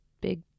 big